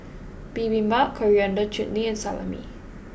Bibimbap Coriander Chutney and Salami